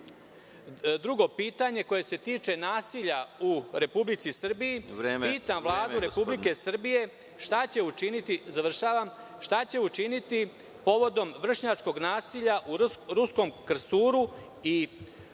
brigu. Drugo pitanje se tiče nasilja u Republici Srbiji. Pitam Vladu Republike Srbije šta će učiniti povodom vršnjačkog nasilja u Ruskom Krsturu i